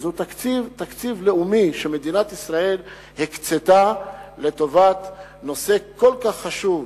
וזהו תקציב לאומי שמדינת ישראל הקצתה לטובת נושא כל כך חשוב.